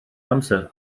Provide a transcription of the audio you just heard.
amser